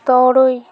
ᱛᱩᱨᱩᱭ